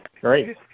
great